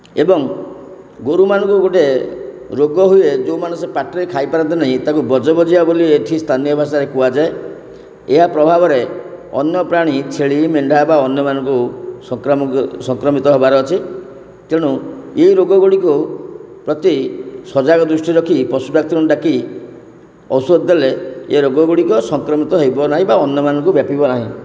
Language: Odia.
ଏବଂ ଗୋରୁମାନଙ୍କୁ ଗୋଟିଏ ରୋଗ ହୁଏ ଯେଉଁ ମାନେ ସେ ପାଟିରେ ଖାଇପାରନ୍ତି ନାହିଁ ତା'କୁ ବଜବଜିଆ ବୋଲି ଏଇଠି ସ୍ଥାନୀୟ ଭାଷାରେ କୁହାଯାଏ ଏହା ପ୍ରଭାବରେ ଅନ୍ୟ ପ୍ରାଣୀ ଛେଳି ମେଣ୍ଢା ବା ଅନ୍ୟମାନଙ୍କୁ ସଂକ୍ରାମକ ସଂକ୍ରମିତ ହେବାର ଅଛି ତେଣୁ ଏହି ରୋଗଗୁଡ଼ିକ ପ୍ରତି ସଜାଗ ଦୃଷ୍ଟିରେ ରଖି ପଶୁ ଡାକ୍ତରଙ୍କୁ ଡାକି ଔଷଧ ଦେଲେ ଏ ରୋଗଗୁଡ଼ିକ ସଂକ୍ରମିତ ହେବ ନାହିଁ ବା ଅନ୍ୟମାନଙ୍କୁ ବ୍ୟାପିବ ନାହିଁ